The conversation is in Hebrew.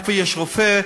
איפה יש רופא,